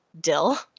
dill